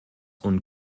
und